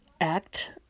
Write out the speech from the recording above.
Act